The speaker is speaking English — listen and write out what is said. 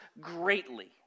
greatly